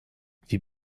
wie